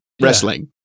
wrestling